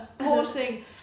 Horsing